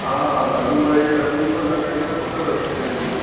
हा हा हलूं वरी तकलीफ़ न थे न पुटु रस्ते में